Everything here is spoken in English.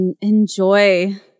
enjoy